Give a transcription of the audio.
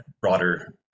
broader